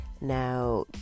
Now